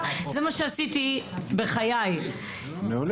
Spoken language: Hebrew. שמשרד הפנים --- נירה,